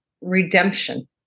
redemption